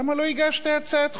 למה לא הגשת הצעה לחוק?